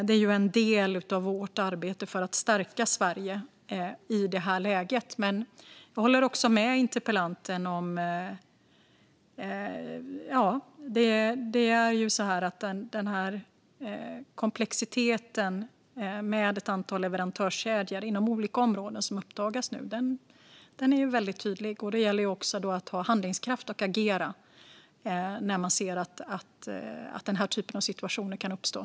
Det är en del av vårt arbete för att stärka Sverige i det här läget. Men jag håller också med interpellanten: Den komplexitet med ett antal leverantörskedjor inom olika områden som nu uppdagas är väldigt tydlig. Det gäller då att också ha handlingskraft och agera när man ser att den här typen av situationer kan uppstå.